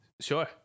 Sure